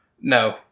No